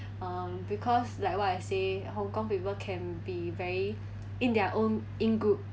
um because like what I say hong kong people can be very in their own in group